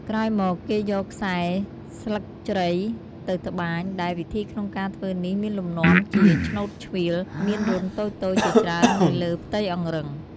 ក្រោយមកគេយកខ្សែស្លឹកជ្រៃទៅត្បាញ ដែលវិធីក្នុងការធ្វើនេះមានលំនាំជា ឆ្នូតឆ្វៀល មានរន្ធតូចៗជាច្រើននៅលើផ្ទៃអង្រឹង។